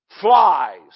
flies